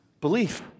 Belief